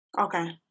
Okay